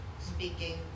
speaking